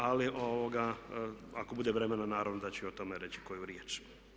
Ali ako bude vremena naravno da ću i o tome reći koju riječ.